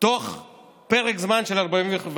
תודה רבה.